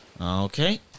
Okay